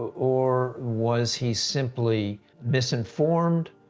or was he simply misinformed?